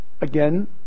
again